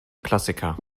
klassiker